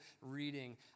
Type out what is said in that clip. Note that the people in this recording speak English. reading